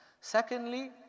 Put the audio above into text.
Secondly